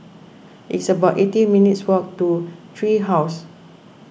it's about eighteen minutes' walk to Tree House